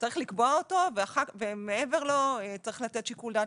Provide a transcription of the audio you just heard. צריך לקבוע אותו ומעבר לו צריך לתת שיקול דעת